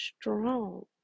strong